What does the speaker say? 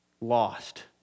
lost